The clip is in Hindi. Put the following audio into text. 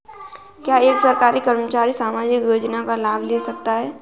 क्या एक सरकारी कर्मचारी सामाजिक योजना का लाभ ले सकता है?